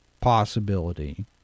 possibility